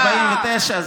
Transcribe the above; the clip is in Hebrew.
49,